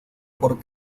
por